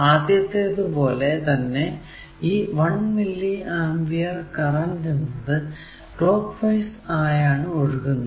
ആദ്യത്തേത് പോലെ തന്നെ ഈ 1 മില്ലി ആംപിയർ കറന്റ് എന്നത് ക്ലോക്ക് വൈസ് ആയാണ് ഒഴുകുന്നത്